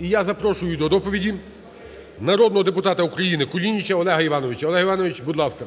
І я запрошую до доповіді народного депутата України Кулініча Олега Івановича. Олег Іванович, будь ласка.